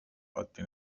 عادی